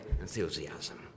enthusiasm